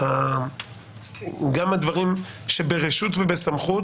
גם הדברים שהם ברשות ובסמכות,